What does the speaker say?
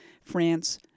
France